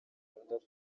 bakunda